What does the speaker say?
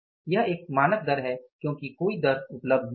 यह एक मानक दर है क्योंकि कोई दर उपलब्ध नहीं है